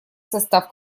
состав